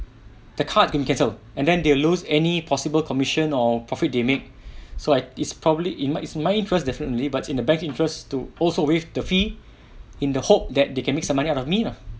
the card can be cancelled and then they lose any possible commission or profit they make so I is probably in my it's my interest definitely but in the bank interest to also waive the fee in the hope that they can make some money out of me lah